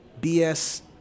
BS